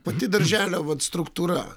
pati darželio vat struktūra